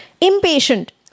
impatient